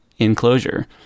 enclosure